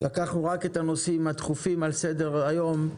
לקחנו רק את הנושאים הדחופים על סדר היום,